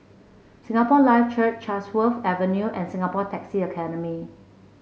Singapore Life Church Chatsworth Avenue and Singapore Taxi Academy